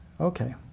okay